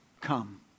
come